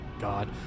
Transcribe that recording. God